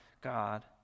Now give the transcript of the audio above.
God